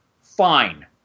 Fine